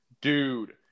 Dude